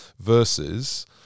versus